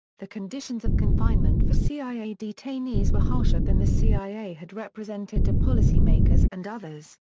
the conditions of confinement for cia detainees were harsher than the cia had represented to policymakers and others.